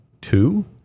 two